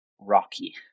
rocky